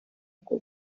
rwo